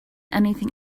anything